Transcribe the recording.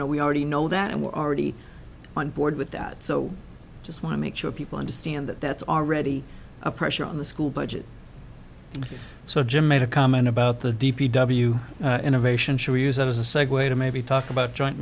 know we already know that and we're already on board with that so i just want to make sure people understand that that's already a pressure on the school budget so jim made a comment about the d p w innovation should we use that as a segue to maybe talk about joint